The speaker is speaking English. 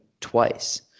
twice